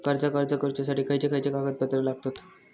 कर्जाक अर्ज करुच्यासाठी खयचे खयचे कागदपत्र लागतत